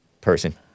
person